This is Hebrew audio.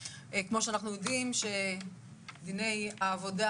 כמו שאנחנו יודעים בדיני העבודה